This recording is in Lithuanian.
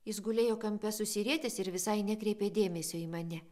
jis gulėjo kampe susirietęs ir visai nekreipė dėmesio į mane